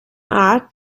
art